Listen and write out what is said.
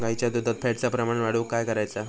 गाईच्या दुधात फॅटचा प्रमाण वाढवुक काय करायचा?